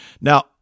now